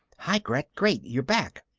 hi gret, great you're back,